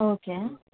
okay